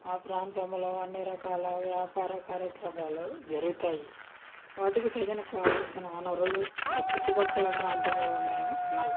ఆ ప్రాంతంలో అన్ని రకాల వ్యాపార కార్యక్రమాలు జరుగుతాయి వాటికి తగిన కావలసిన వనరులు ఆ చుట్టుపక్కల ప్రాంతంలోనే ఉన్నాయి